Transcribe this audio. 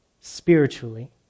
spiritually